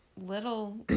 little